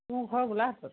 মোৰ ঘৰ গোলাঘাটত